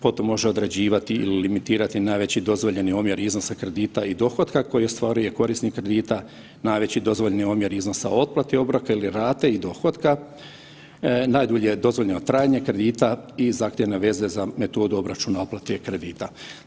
Potom može određivati i limitirati i najveći dozvoljeni iznosa kredita i dohotka koji ostvaruje korisnik kredita, najveći dozvoljeni omjer iznosa otplate obroka ili rate i dohotka, najdulje dozvoljeno trajanje kredita i zahtjevne veze za metodu obračuna otplate kredita.